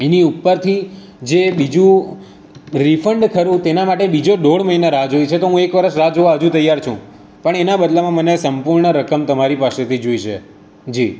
એની ઉપરથી જે બીજું રિફંડ ખરું તેના માટે બીજો દોઢ મહિના રાહ જોઈ છે તો હું એક વરસ રાહ જોવા હજુ તૈયાર છું પણ એના બદલામાં મને સંપૂર્ણ રકમ તમારી પાસેથી જોઈશે જી